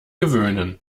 gewöhnen